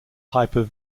hyper